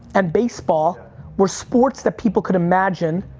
and baseball were sports that people could imagine,